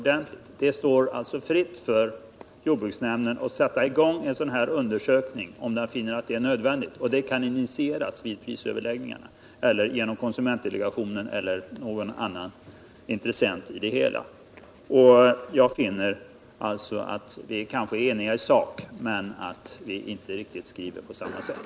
Det står jordbruksnämnden fritt att sätta i gång en sådan undersökning om den finner det nödvändigt. Den kan initieras vid prisöverläggningarna, genom konsumentdelegationen eller genom någon annan intressent. 79 Jag finner alltså att vi kanske är eniga i sak men att vi inte riktigt skriver på samma sätt.